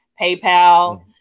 PayPal